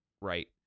right